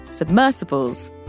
submersibles